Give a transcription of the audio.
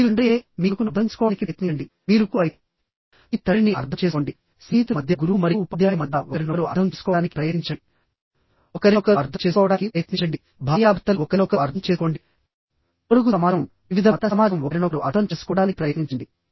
మీరు తండ్రి అయితే మీ కొడుకును అర్థం చేసుకోవడానికి ప్రయత్నించండి మీరు కొడుకు అయితే మీ తండ్రిని అర్థం చేసుకోండి స్నేహితుల మధ్య గురువు మరియు ఉపాధ్యాయుల మధ్య ఒకరినొకరు అర్థం చేసుకోవడానికి ప్రయత్నించండి ఒకరినొకరు అర్థం చేసుకోవడానికి ప్రయత్నించండి భార్యాభర్తలు ఒకరినొకరు అర్థం చేసుకోండి పొరుగు సమాజం వివిధ మత సమాజం ఒకరినొకరు అర్థం చేసుకోవడానికి ప్రయత్నించండి